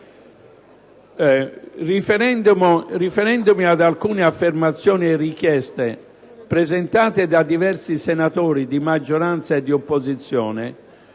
riferendomi ad alcune affermazioni e richieste presentate da diversi senatori di maggioranza ed opposizione,